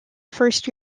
first